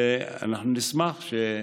ואנחנו נשמח, אני,